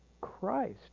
Christ